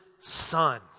son